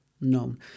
known